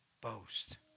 boast